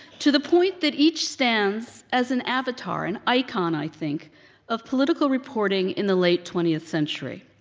to the point that each stands as an avatar, an icon i think of political reporting in the late twentieth century.